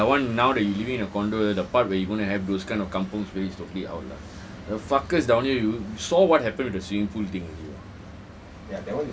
டேய்:deai that one now they living in a condo the part where you gonna have those kind of kampung spirit is totally out lah the fuckers down here you saw what happened with the swimming pool thing already